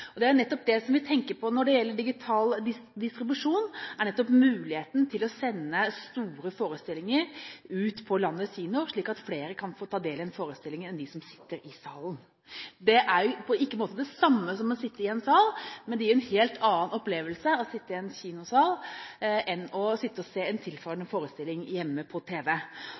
Det vi tenker på når det gjelder digital distribusjon, er nettopp muligheten til å sende store forestillinger ut til landets kinoer, slik at flere kan få ta del i en forestilling enn de som sitter i salen. Det er ikke det samme som å sitte i en sal, men det gir en helt annen opplevelse å sitte i en kinosal enn å sitte og se en tilsvarende forestilling hjemme, på tv.